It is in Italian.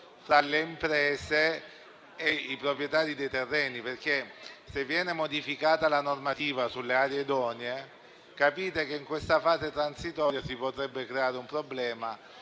tra le imprese e i proprietari dei terreni. Se viene modificata la normativa sulle aree idonee, infatti, capite che in questa fase transitoria si potrebbe creare un problema.